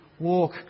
Walk